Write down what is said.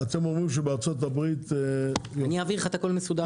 אתם אומרים שבארה"ב --- אני אעביר לך את הכול במסודר.